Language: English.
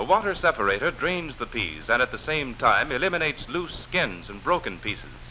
the water separator dreams the p s and at the same time eliminates loose skins and broken pieces